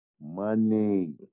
Money